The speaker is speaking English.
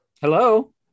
Hello